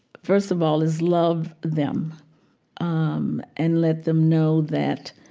first of all, is love them um and let them know that